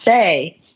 say